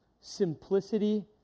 simplicity